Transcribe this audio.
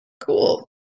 cool